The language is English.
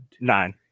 Nine